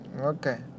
Okay